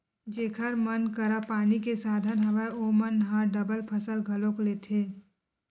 जेखर मन करा पानी के साधन हवय ओमन ह डबल फसल घलोक लेथे